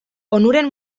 onuren